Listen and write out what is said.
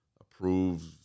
approved